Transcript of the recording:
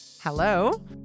Hello